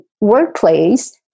workplace